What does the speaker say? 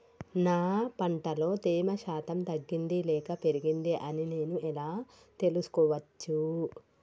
నా పంట లో తేమ శాతం తగ్గింది లేక పెరిగింది అని నేను ఎలా తెలుసుకోవచ్చు?